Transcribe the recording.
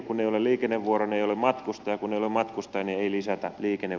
kun ei ole liikennevuoroja niin ei ole matkustajia